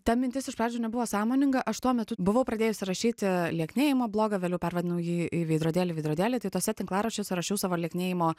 ta mintis iš pradžių nebuvo sąmoninga aš tuo metu buvau pradėjusi rašyti lieknėjimo blogą vėliau pervadinau jį į veidrodėli veidrodėli tai tuose tinklaraščiuose rašiau savo lieknėjimo